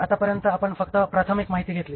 आतापर्येंत आपण फक्त प्राथमिक माहिती घेतली